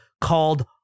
called